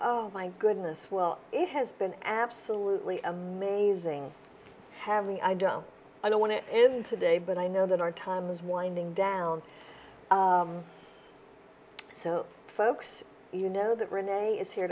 my goodness well it has been absolutely amazing having i don't i don't want to but i know that our time is winding down so folks you know that renee is here